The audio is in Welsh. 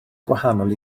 gwahanol